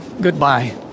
Goodbye